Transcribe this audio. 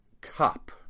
Cup